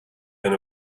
then